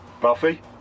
Buffy